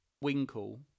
Winkle